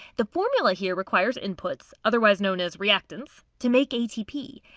the formula here requires inputs, otherwise known as reactants, to make atp.